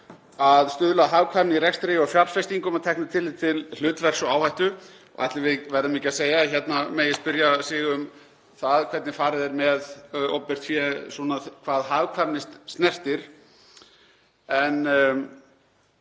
að stuðla að hagkvæmni í rekstri og fjárfestingum að teknu tilliti til hlutverks og áhættu. Ætli við verðum ekki að segja að hérna megi spyrja sig um það hvernig farið er með opinbert fé hvað hagkvæmni snertir.